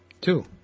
Two